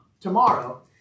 tomorrow